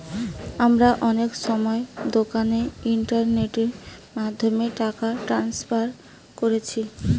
আমরা অনেক সময় দোকানে ইন্টারনেটের মাধ্যমে টাকা ট্রান্সফার কোরছি